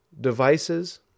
devices